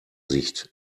sicht